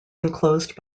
enclosed